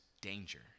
danger